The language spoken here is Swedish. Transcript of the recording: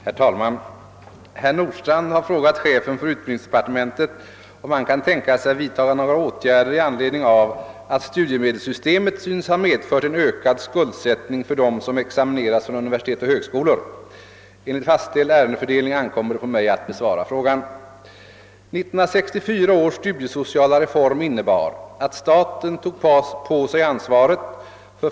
Herr talman! Herr Nordstrandh har frågat chefen för utbildningsdepartementet, om han kan tänka sig vidta några åtgärder i anledning av att studiemedelssystemet synes ha medfört en ökad skuldsättning för dem som examineras' från universitet och högskolor. Enligt fastställd ärendesfördelning ankommer det på mig att besvara frågan.